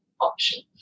option